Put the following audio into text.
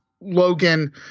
Logan